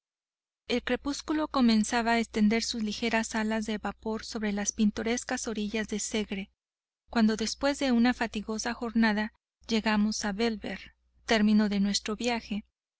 el crepúsculo comenzaba a extender sus ligeras alas de vapor sobre las pintorescas orillas del segre cuando después de una fatigosa jornada llegamos a bellver término de nuestro viaje